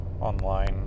Online